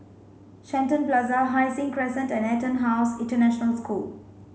Shenton Plaza Hai Sing Crescent and EtonHouse International School